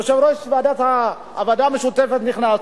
יושב-ראש הוועדה המשותפת נכנס,